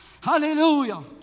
Hallelujah